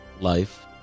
life